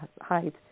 height